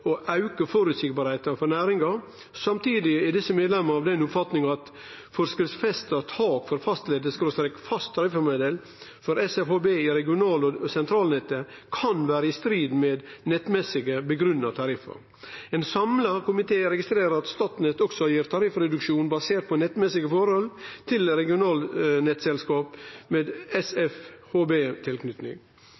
for næringa. Samtidig er desse medlemene av den oppfatninga at eit forskriftsfesta tak for fastledda/fast tariffmodell for SFHB i regional- og sentralnettet kan vere i strid med nettmessige grunngivne tariffar. Ein samla komité registrerer at Statnett også gir tariffreduksjon basert på nettmessige forhold til regionalnettselskap med